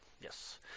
Yes